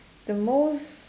the most